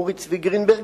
אורי צבי גרינברג,